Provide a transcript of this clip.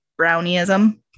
brownieism